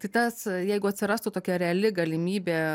tai tas jeigu atsirastų tokia reali galimybė